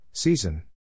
Season